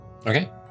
okay